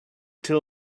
till